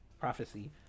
Prophecy